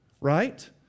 right